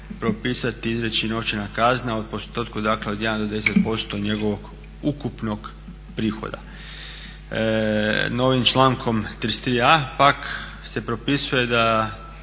propisati i izreći novčana kazna u postotku dakle od 1 do 10% njegovog ukupnog prihoda. Novim člankom 33.a pak se propisuje da